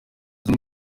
leta